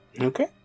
Okay